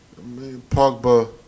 Pogba